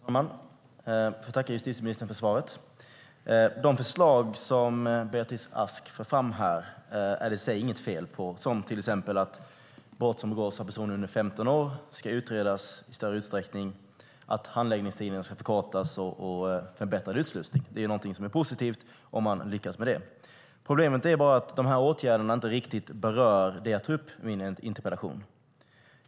Herr talman! Jag får tacka justitieministern för svaret. De förslag som Beatrice Ask för fram här är det i sig inget fel på, till exempel att brott som begås av personer under 15 år ska utredas i större utsträckning, att handläggningstiden ska kortas och att det ska vara en förbättrad utslussning. Det är positivt om man lyckas med det. Problemet är att dessa åtgärder inte riktigt berör det jag tar upp i min interpellation.